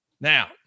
Now